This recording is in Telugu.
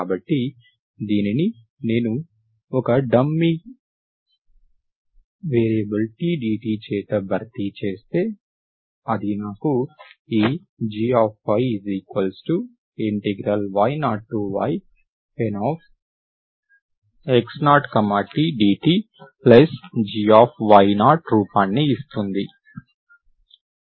కాబట్టి దీనిని నేను ఒక డమ్మీ వేరియబుల్ t dt చేత భర్తీ చేస్తే అది నాకు ఈ gyy0yNx0t dtgy0 రూపాన్ని ఇస్తుంది